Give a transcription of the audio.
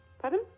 Pardon